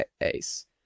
ace